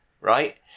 right